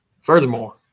Furthermore